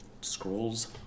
scrolls